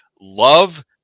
love